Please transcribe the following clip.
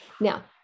Now